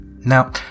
Now